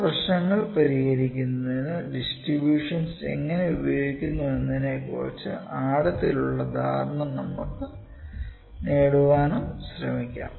ചില പ്രശ്നങ്ങൾ പരിഹരിക്കുന്നതിന് ഡിസ്ട്രിബൂഷൻസ് എങ്ങനെ ഉപയോഗിക്കുന്നുവെന്നതിനെക്കുറിച്ച് ആഴത്തിലുള്ള ധാരണ നേടാനും നമുക്കു ശ്രമിക്കാം